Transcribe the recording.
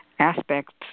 aspects